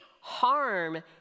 harm